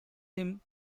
him